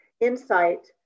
insight